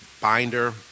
binder